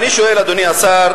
אדוני השר,